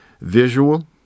Visual